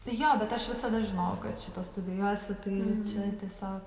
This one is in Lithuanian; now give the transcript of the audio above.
jo bet aš visada žinojau kad šitą studijuosiu tai čia tiesiog